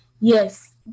yes